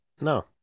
No